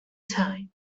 time